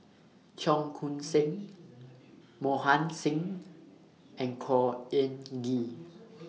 Cheong Koon Seng Mohan Singh and Khor Ean Ghee